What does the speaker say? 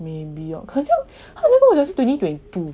maybe 他很像跟我讲是 twenty twenty two